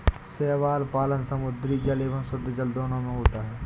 शैवाल पालन समुद्री जल एवं शुद्धजल दोनों में होता है